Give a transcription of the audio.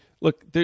look